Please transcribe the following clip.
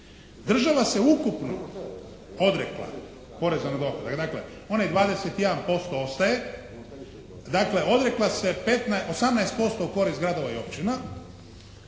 Država se ukupno odrekla poreza na dohodak. Dakle, onih 21% ostaje. Dakle, odrekla se 18% u korist gradova i općina